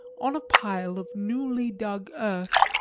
on a pile of newly dug earth,